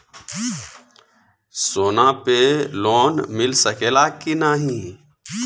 सोना पे लोन मिल सकेला की नाहीं?